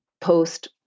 post